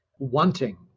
wanting